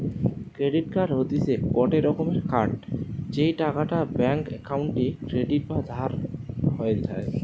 credit card হতিছে গটে রকমের কার্ড যেই টাকাটা ব্যাঙ্ক অক্কোউন্টে ক্রেডিট বা ধার হয়ে যায়